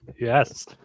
Yes